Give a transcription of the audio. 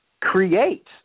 create